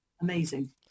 amazing